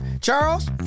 Charles